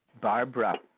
Barbara